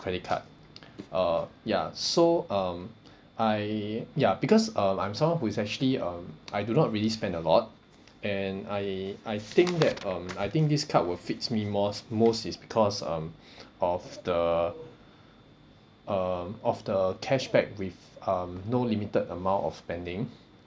credit card uh ya so um I ya because um I'm someone who is actually um I do not really spend a lot and I I think that um I think this card will fits me most most is because um of the um of the cashback with um no limited amount of spending